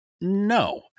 no